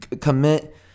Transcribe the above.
commit